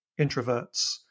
introverts